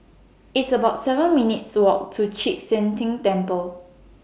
It's about seven minutes' Walk to Chek Sian Tng Temple